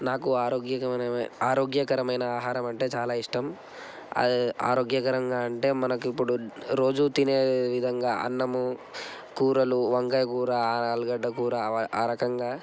నాకు ఆరోగ్యమైన ఆరోగ్యకరమైన ఆహారం అంటే చాలా ఇష్టం ఆరోగ్యకరంగా అంటే మనకు ఇప్పుడు రోజు తినే విధంగా అన్నం కూరలు వంకాయ కూర ఆలుగడ్డ కూర ఆ రకంగా